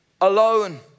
alone